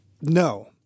no